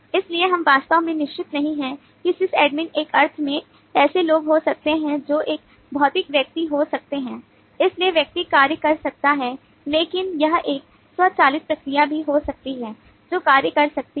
इसलिए हम वास्तव में निश्चित नहीं हैं कि SysAdmin एक अर्थ में ऐसे लोग हो सकते हैं जो एक भौतिक व्यक्ति हो सकते हैं और इसलिए व्यक्ति कार्य कर सकता है लेकिन यह एक स्वचालित प्रक्रिया भी हो सकती है जो कार्य कर सकती है